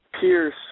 Pierce